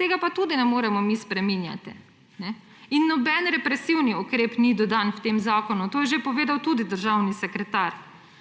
tega pa tudi ne moremo mi spreminjati. In noben represivni ukrep ni dodan v tem zakonu. To je že povedal tudi državni sekretar.